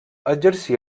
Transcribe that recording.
exercí